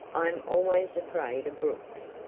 i am always afraid of brooks.